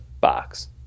box